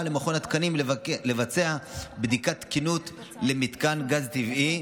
למכון התקנים לבצע בדיקת תקינות למתקן גז טבעי,